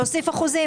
להוסיף אחוזים.